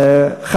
להוסיף,